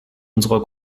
unserer